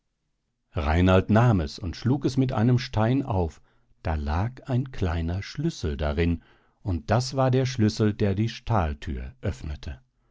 reinald nahm es und schlug es mit einem stein auf da lag ein kleiner schlüssel darin und das war der schlüssel der die stahlthür öffnete